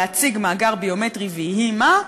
להציג מאגר ביומטרי ויהי מה,